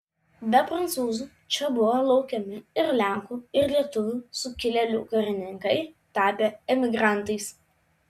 be prancūzų čia buvo laukiami ir lenkų ir lietuvių sukilėlių karininkai tapę emigrantais